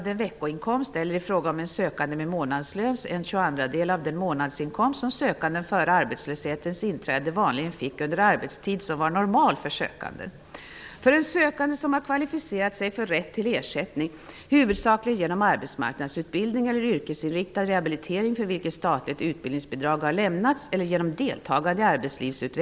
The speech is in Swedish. Det svenska folket som har en förankring på arbetsmarknaden skall ha rätt till ett automatiskt skydd vid arbetslöshet. Vi föreslår även igångsättning den 1 juli 1994. Vi har fått tillgodosett kravet att en parlamentarisk utredning tillsätts för att få ett totalgrepp om hur den nya a-kassan skall se ut.